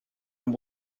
and